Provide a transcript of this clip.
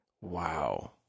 Wow